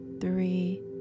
three